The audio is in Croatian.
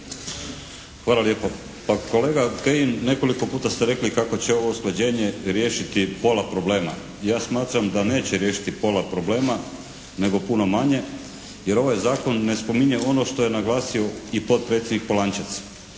Hvala lijepo. Pa kolega Kajin, nekoliko puta ste rekli kako će ovo usklađenje riješiti pola problema. Ja smatram da neće riješiti pola problema nego puno manje jer ovaj zakon ne spominje ono što je naglasio i potpredsjednik Polančec.